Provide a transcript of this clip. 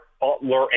Butler